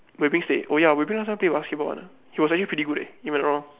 Wei-Bin stayed oh ya Wei-Bin last time play basketball one ah he was actually pretty good eh if I'm not wrong